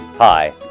Hi